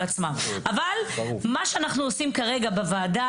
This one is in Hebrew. עצמם אבל מה שאנחנו עושים היום בוועדה,